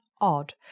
odd